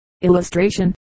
Illustration